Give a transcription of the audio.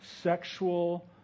sexual